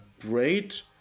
great